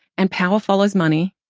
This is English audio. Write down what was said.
and power follows money.